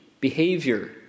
behavior